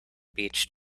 beach